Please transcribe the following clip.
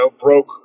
broke